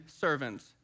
servants